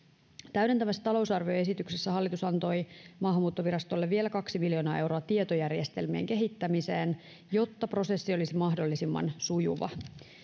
täydentävässä talousarvioesityksessä hallitus antoi maahanmuuttovirastolle vielä kaksi miljoonaa euroa tietojärjestelmien kehittämiseen jotta prosessi olisi mahdollisimman sujuva